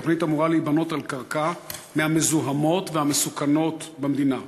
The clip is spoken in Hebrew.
התוכנית אמורה להיבנות על קרקע מהמזוהמות והמסוכנות במדינה.